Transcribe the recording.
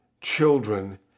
children